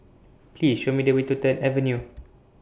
Please Show Me The Way to Third Avenue